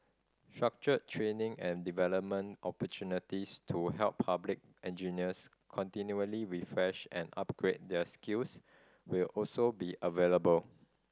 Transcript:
structured training and development opportunities to help public engineers continually refresh and upgrade their skills will also be available